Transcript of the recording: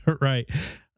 Right